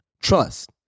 Trust